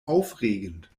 aufregend